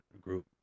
group